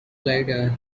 later